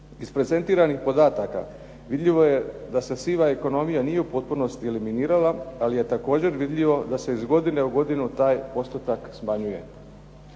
Iz prezentiranih podataka vidljivo je da se siva ekonomija nije u potpunosti eliminirala ali je također vidljivo da se iz godine u godinu taj postotak smanjuje.